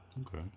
Okay